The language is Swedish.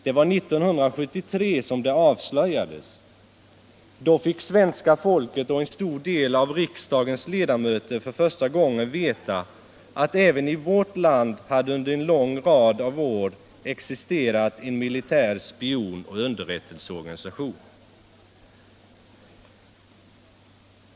Det var 1973 som svenska folket och en stor del av riksdagens ledamöter för första gången fick veta att det även i vårt land under en lång rad av år hade existerat en militär spionoch underrättelseorganisation.